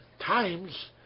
times